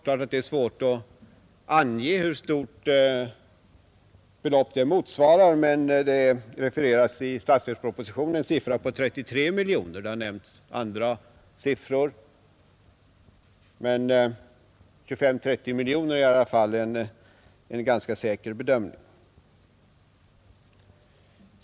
Det är givetvis svårt att ange hur stort belopp det motsvarar, men i statsverkspropositionen refereras en siffra på 33 miljoner. Det har nämnts också andra siffror, men 25—30 miljoner är i alla fall en ganska säker bedömning.